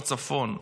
בצפון.